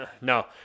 No